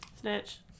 snitch